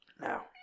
now